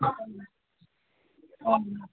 ம் ஆ ம்